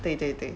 对对对